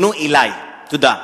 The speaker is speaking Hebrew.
הופנו אלי, תודה.